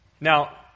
Now